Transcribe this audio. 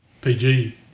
PG